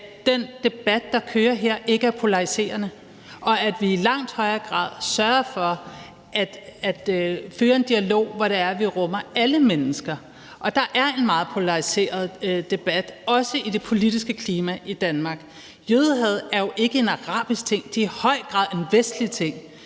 at den debat, der kører her, ikke er polariserende, og at vi i langt højere grad sørger for at føre en dialog, hvor vi rummer alle mennesker. Der er en meget polariseret debat, også i det politiske klima i Danmark. Jødehad er jo ikke en arabisk ting. Det er i høj grad en vestlig ting.